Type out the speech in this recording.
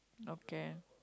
okay